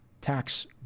tax